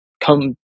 come